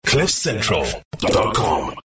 CliffCentral.com